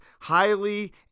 highly